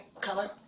color